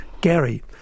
Gary